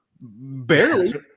barely